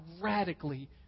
radically